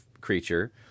creature